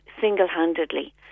single-handedly